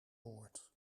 woord